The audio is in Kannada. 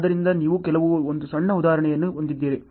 ಆದ್ದರಿಂದ ನೀವು ಕೇವಲ ಒಂದು ಸಣ್ಣ ಉದಾಹರಣೆಯನ್ನು ಹೊಂದಿದ್ದೀರಿ